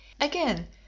Again